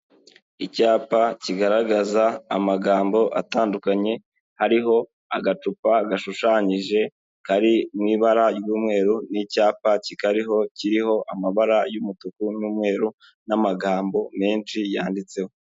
Icyapa kigaragaza amagambo atandukanye, hariho agacupa gashushanyije kari mu ibara ry'umweru n'icyapa kikariho kiriho amabara y'umutuku n'umweru, n'amagambo menshi yanditseho.